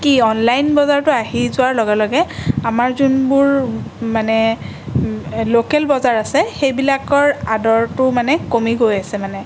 কি অনলাইন বজাৰবোৰ আহি যোৱাৰ লগে লগে আমাৰ যোনবোৰ মানে লোকেল বজাৰ আছে সেইবিলাকৰ আদৰটো মানে কমি গৈ আছে মানে